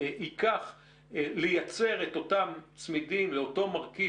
ייקח לייצר את אותם צמידים לאותו מרכיב,